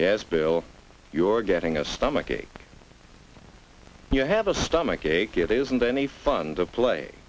yes bill your getting a stomach ache you have a stomach ache it isn't any fun to play